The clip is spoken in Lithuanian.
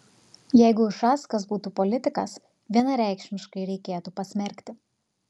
jeigu ušackas būtų politikas vienareikšmiškai reikėtų pasmerkti